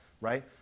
right